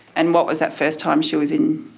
and what was that first time she was in,